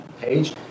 page